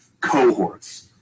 cohorts